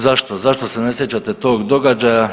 Zašto, zašto se ne sjećate tog događaja?